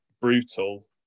brutal